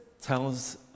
tells